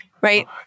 right